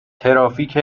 ترافیک